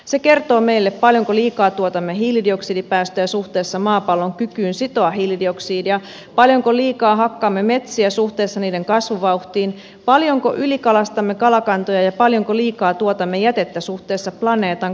se kertoo meille paljonko liikaa tuotamme hiilidioksidipäästöjä suhteessa maapallon kykyyn sitoa hiilidioksidia paljonko liikaa hakkaamme metsiä suhteessa niiden kasvuvauhtiin paljonko ylikalastamme kalakantoja ja paljonko liikaa tuotamme jätettä suhteessa planeetan kantokykyyn